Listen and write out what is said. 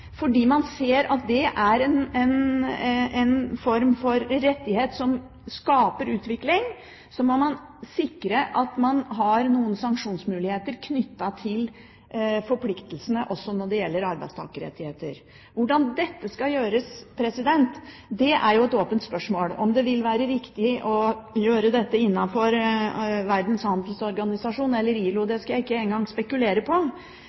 fordi man ser at det er en form for rettighet som skaper utvikling, må man sikre at man har noen sanksjonsmuligheter knyttet til forpliktelsene også når det gjelder arbeidstakerrettigheter. Hvordan dette skal gjøres, er jo et åpent spørsmål. Om det vil være riktig å gjøre det innenfor Verdens handelsorganisasjon eller ILO, skal jeg ikke engang spekulere på.